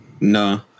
No